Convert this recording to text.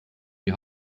die